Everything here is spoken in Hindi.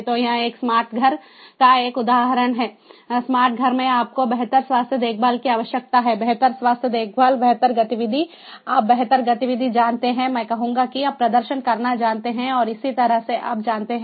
तो यह एक स्मार्ट घर का एक उदाहरण है स्मार्ट घर में आपको बेहतर स्वास्थ्य देखभाल की आवश्यकता है बेहतर स्वास्थ्य देखभाल बेहतर गतिविधि आप बेहतर गतिविधि जानते हैं मैं कहूंगा कि आप प्रदर्शन करना जानते हैं और इसी तरह से आप जानते हैं